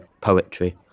poetry